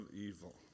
evil